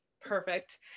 perfect